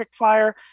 quickfire